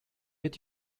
did